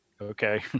Okay